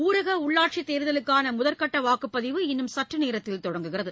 ஊரக உள்ளாட்சித் தேர்தலுக்கான முதற்கட்ட வாக்குப்பதிவு இன்னும் சற்று நேரத்தில் தொடங்குகிறது